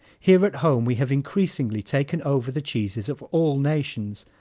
here at home we have increasingly taken over the cheeses of all nations,